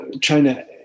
China